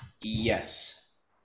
Yes